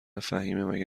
فهیمهمگه